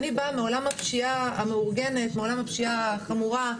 אני באה מעולם הפשיעה המאורגנת, הפשיעה החמורה.